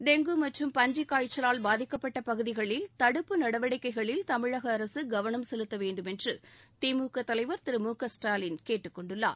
dengue மற்றும் பன்றிக் காய்ச்சலால் பாதிக்கப்பட்ட பகுதிகளில் தடுப்பு நடவடிக்கைகளில் தமிழக அரசு கவனம் செலுத்த வேண்டுமென்று திமுக தலைவர் திரு மு க ஸ்டாலின் கேட்டுக் கொண்டுள்ளார்